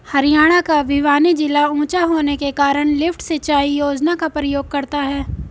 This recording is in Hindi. हरियाणा का भिवानी जिला ऊंचा होने के कारण लिफ्ट सिंचाई योजना का प्रयोग करता है